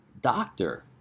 doctor